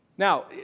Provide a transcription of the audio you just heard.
Now